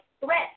threat